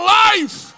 life